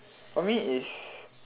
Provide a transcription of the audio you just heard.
for me is